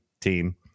team